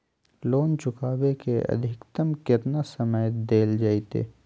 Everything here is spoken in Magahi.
लोन चुकाबे के अधिकतम केतना समय डेल जयते?